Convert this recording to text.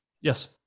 Yes